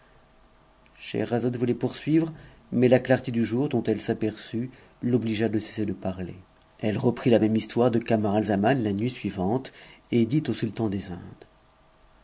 scheherazade voulait poursuivre mais la clarté du jour dont elle s'aperçut l'obligea de cesser de parler elle reprit la même histoire e camaratzaman la nuit suivante et dit au sultan des indes